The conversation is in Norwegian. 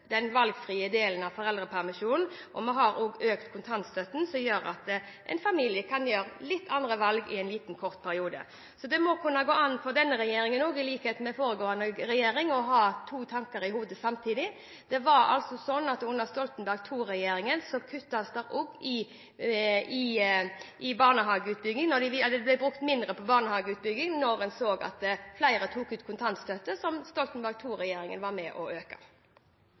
kontantstøtten, som gjør at en familie i en kort periode kan ta litt andre valg. Det må kunne gå an for denne regjeringen – i likhet med foregående regjering – å ha to tanker i hodet samtidig. Også under Stoltenberg II-regjeringen ble det brukt mindre på barnehageutbygging da en så at flere tok ut kontantstøtte – som Stoltenberg II-regjeringen var med på å øke.